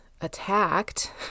attacked